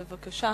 בבקשה.